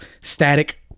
static